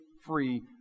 free